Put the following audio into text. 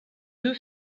deux